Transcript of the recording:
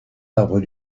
arbres